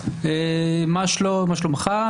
מה שלומך?